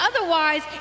otherwise